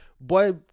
...boy